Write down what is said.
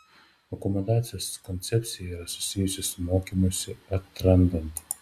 akomodacijos koncepcija yra susijusi su mokymusi atrandant